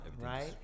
right